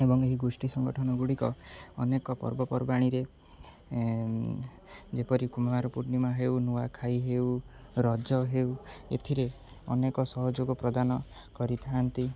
ଏବଂ ଏହି ଗୋଷ୍ଠୀ ସଂଗଠନ ଗୁଡ଼ିକ ଅନେକ ପର୍ବପର୍ବାଣିରେ ଯେପରି କୁମାର ପୂର୍ଣ୍ଣିମା ହେଉ ନୂଆଖାଇ ହେଉ ରଜ ହେଉ ଏଥିରେ ଅନେକ ସହଯୋଗ ପ୍ରଦାନ କରିଥାନ୍ତି